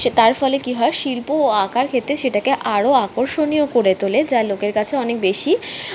সে তার ফলে কী হয় শিল্প ও আঁকার ক্ষেত্রে সেটাকে আরো আকর্ষণীয় করে তোলে যা লোকের কাছে অনেক বেশি